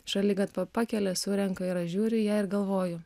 šaligatvio pakelia surenka ir aš žiūriu į ją ir galvoju